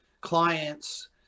clients